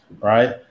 right